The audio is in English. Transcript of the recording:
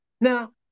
now